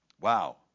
wow